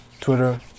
Twitter